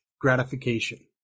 gratification